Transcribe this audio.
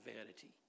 vanity